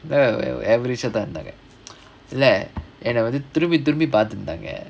no average ah தா இருந்தாங்க இல்ல என்ன வந்து திரும்பி திரும்பி பாத்திருந்தாங்க:thaa irunthaanga illa enna vanthu thirumbi thirumbi paathirunthaanga